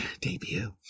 debut